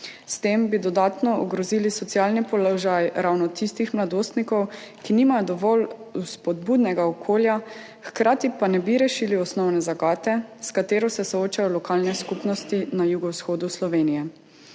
S tem bi dodatno ogrozili socialni položaj ravno tistih mladostnikov, ki nimajo dovolj spodbudnega okolja, hkrati pa ne bi rešili osnovne zagate, s katero se soočajo lokalne skupnosti na jugovzhodu Slovenije.